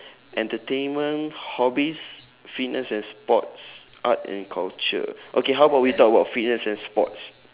entertainment hobbies fitness and sports art and culture okay how about we talk about fitness and sports